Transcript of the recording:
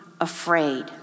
afraid